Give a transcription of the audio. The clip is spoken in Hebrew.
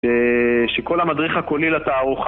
שכל המדריך הקולי לתערוכה